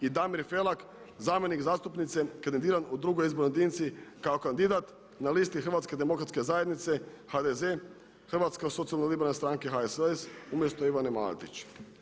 I Damir Felak zamjenik zastupnice kandidiran u drugoj izbornoj jedinici kao kandidat na listi Hrvatske demokratske zajednice HDZ, Hrvatske socijalno-liberalne stranke HSLS umjesto Ivane Maletić.